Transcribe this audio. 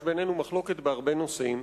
יש בינינו מחלוקת בהרבה נושאים,